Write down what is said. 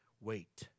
wait